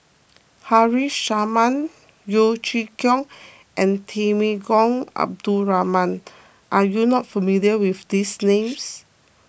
Haresh Sharma Yeo Chee Kiong and Temenggong Abdul Rahman are you not familiar with these names